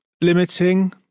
limiting